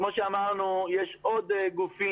כמו שאמרנו, יש עוד גופים,